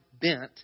bent